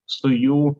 su jų